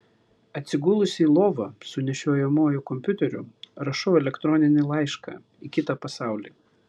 atsigulusi į lovą su nešiojamuoju kompiuteriu rašau elektroninį laišką į kitą pasaulį